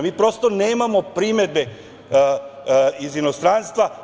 Mi prosto nemamo primedbe iz inostranstva.